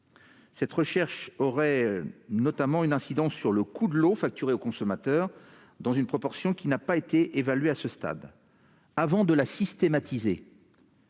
Cette recherche aurait notamment une incidence sur le coût de l'eau facturé au consommateur, dans une proportion qui n'a pas été évaluée à ce stade. Avant de la systématiser,